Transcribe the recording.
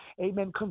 amen